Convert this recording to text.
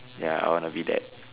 ya I wanna be that